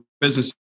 business